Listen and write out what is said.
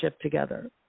together